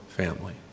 family